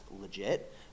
legit